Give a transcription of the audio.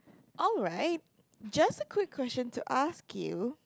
alright just a quick question to ask you